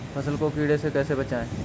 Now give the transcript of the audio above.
फसल को कीड़े से कैसे बचाएँ?